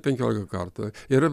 penkiolika kartų ir